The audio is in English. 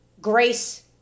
Grace